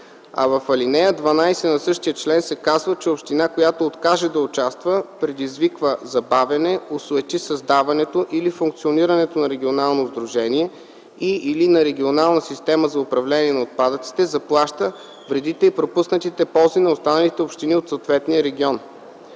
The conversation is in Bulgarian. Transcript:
а в ал. 12 на същия член се казва, че община, която откаже да участвува, предизвиква забавяне, осуети създаването или функционирането на регионално сдружение и/или на регионална система за управление на отпадъците, заплаща вредите и пропуснатите ползи на останалите общини от съответния регион.